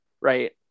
right